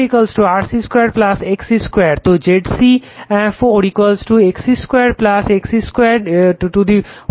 ZC 2 RC 2 XC 2 তো ZC 4 RC 2 XC 2 2